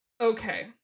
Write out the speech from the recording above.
Okay